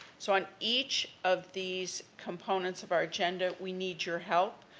so, on each of these components of our agenda, we need your help.